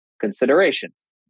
considerations